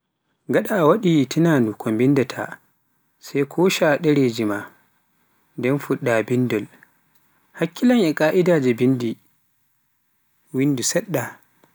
gaɗa a waɗi tunanu ke binndaata sai kosha dereji maa, nden fudda bindol, hakkilan a ka'aidaje binndi, winndu saɗɗa.